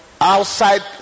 outside